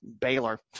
Baylor